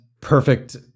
perfect